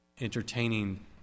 entertaining